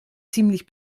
ziemlich